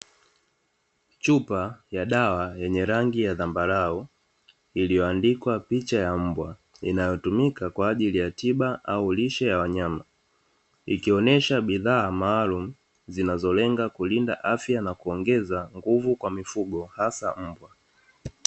Chupa ya dawa yenye rangi ya zambarau, iliyoandikwa picha ya mbwa, inayotumika kwa ajili ya tiba au lishe ya wanyama, ikionesha bidhaa maalumu zinazolenga kulinda afya na kuongeza nguvu kwa mifugo hasa mbwa.